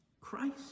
Christ